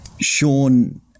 Sean